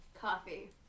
coffee